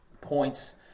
points